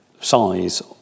size